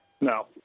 No